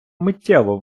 миттєво